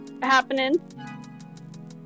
happening